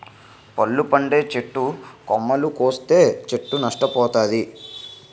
పళ్ళు పండే చెట్టు కొమ్మలు కోస్తే చెట్టు నష్ట పోతాది